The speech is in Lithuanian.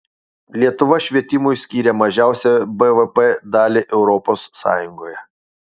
lietuva švietimui skiria mažiausią bvp dalį europos sąjungoje